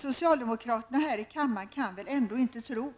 Socialdemokraterna här i kammaren kan väl ändå inte tro